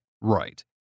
right